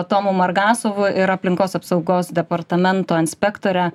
tomu margasovu ir aplinkos apsaugos departamento inspektore